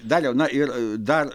daliau na ir dar